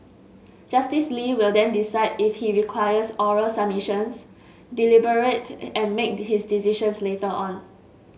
Justice Lee will then decide if he requires oral submissions deliberate and make his decision later on